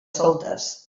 soltes